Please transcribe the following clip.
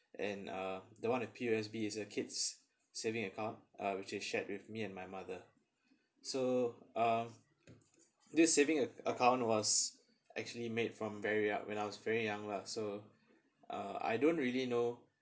and uh the one with P_O_S_B is a kid's saving account uh which is shared with me and my mother so uh this saving account was actually made from very young when I was very young lah so uh I don't really know